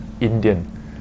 Indian